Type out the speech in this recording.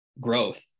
growth